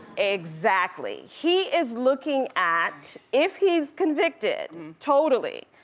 exactly. he is looking at, if he's convicted totally,